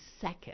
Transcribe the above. second